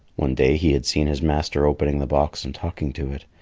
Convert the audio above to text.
one day he had seen his master opening the box and talking to it.